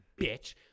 bitch